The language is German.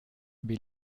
wie